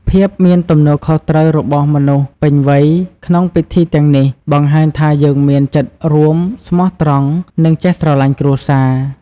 ភាពមានទំនួលខុសត្រូវរបស់មនុស្សពេញវ័យ ក្នុងពិធីទាំងនេះ បង្ហាញថាយើងមានចិត្តរួម ស្មោះត្រង់ និងចេះស្រឡាញ់គ្រួសារ។